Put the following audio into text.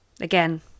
again